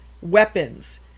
weapons